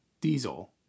Diesel